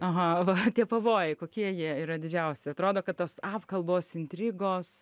aha va tie pavojai kokie jie yra didžiausi atrodo kad tos apkalbos intrigos